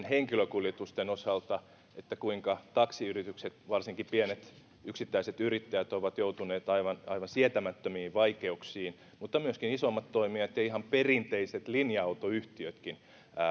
henkilökuljetusten osalta kuinka taksiyritykset varsinkin pienet yksittäiset yrittäjät ovat joutuneet aivan aivan sietämättömiin vaikeuksiin mutta myöskin isommat toimijat ja ihan perinteiset linja autoyhtiötkin